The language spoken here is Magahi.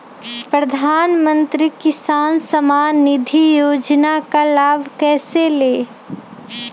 प्रधानमंत्री किसान समान निधि योजना का लाभ कैसे ले?